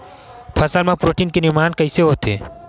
फसल मा प्रोटीन के निर्माण कइसे होथे?